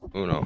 Uno